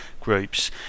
groups